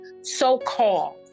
so-called